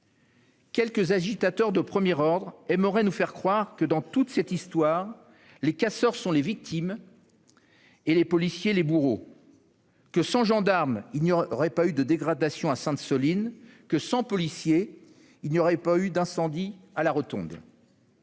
Quelques agitateurs de premier ordre aimeraient nous faire croire que, dans toute cette histoire, les casseurs sont les victimes et les policiers, les bourreaux ; que, sans gendarmes, il n'y aurait pas eu de dégradations à Sainte-Soline ; que, sans policiers, il n'y aurait pas eu d'incendie à la